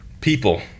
people